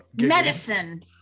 medicine